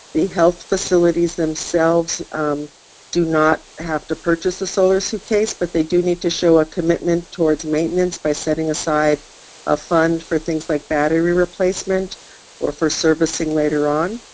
the health facilities themselves do not have to purchase the solar suitcase but they do need to show a commitment towards maintenance by setting aside a fund for things like battery replacement or for servicing later on.